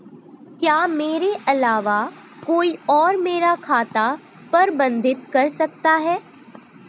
क्या मेरे अलावा कोई और मेरा खाता प्रबंधित कर सकता है?